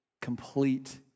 complete